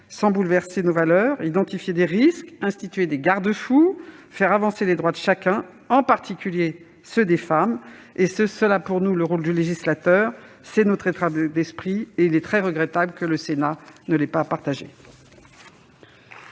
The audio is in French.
sans bouleverser nos valeurs, identifier des risques, instituer des garde-fous, faire avancer les droits de chacun, en particulier ceux des femmes. Pour nous, c'est cela, le rôle du législateur. Tel est notre état d'esprit. Il est très regrettable que le Sénat ne l'ait pas partagé.